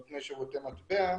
נותני שירותי מטבע,